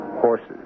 Horses